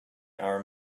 our